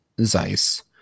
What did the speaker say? Zeiss